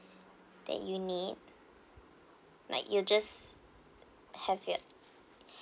that you need like you just have your